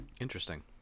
Interesting